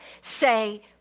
say